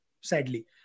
sadly